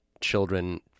children